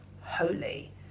holy